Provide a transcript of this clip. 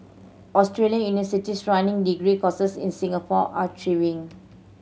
Australian universities running degree courses in Singapore are thriving